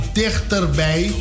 dichterbij